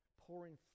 pouring